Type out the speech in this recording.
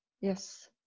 yes